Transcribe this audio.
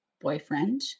boyfriend